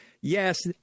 Yes